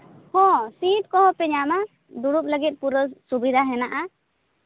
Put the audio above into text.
ᱦᱚᱸ ᱥᱤᱴ ᱠᱚᱦᱚᱸ ᱯᱮ ᱧᱟᱢᱟ ᱫᱩᱲᱩᱵ ᱞᱟᱹᱜᱤᱫ ᱯᱩᱨᱟᱹ ᱥᱩᱵᱤᱫᱷᱟ ᱢᱮᱱᱟᱜᱼᱟ